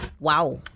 Wow